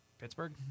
Pittsburgh